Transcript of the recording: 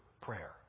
prayer